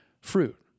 fruit